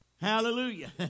hallelujah